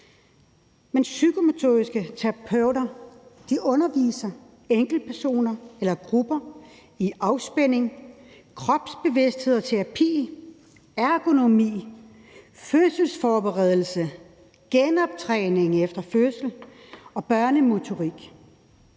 Men psykomotoriske terapeuter underviser enkeltpersoner eller grupper i afspænding, kropsbevidsthed og terapi, ergonomi, fødselsforberedelse, genoptræning efter fødsel og børnemotorik.